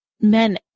men